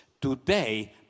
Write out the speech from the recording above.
Today